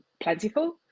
Plentiful